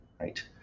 right